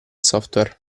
software